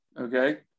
okay